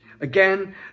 Again